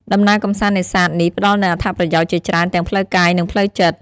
ដំណើរកម្សាន្តនេសាទនេះផ្តល់នូវ អត្ថប្រយោជន៍ ជាច្រើនទាំងផ្លូវកាយនិងផ្លូវចិត្ត។